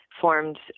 formed